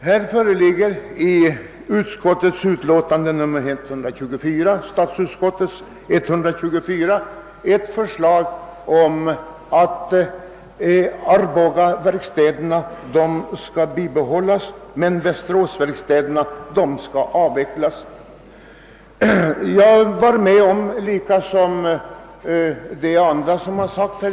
I statsutskottets utlåtande nr 124 föreslås att verkstaden i Arboga skall bibehållas, men att verkstaden i Västerås skall avvecklas.